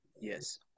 Yes